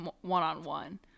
one-on-one